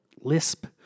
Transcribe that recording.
lisp